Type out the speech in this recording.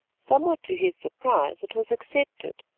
somewhat to his surprise it was accepted.